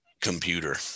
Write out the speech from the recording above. computer